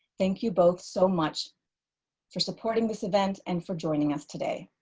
thank you, both, so much for supporting this event and for joining us today.